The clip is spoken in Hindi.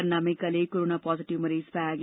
पन्ना में कल एक कोरोना पोजेटिव मरीज पाया गया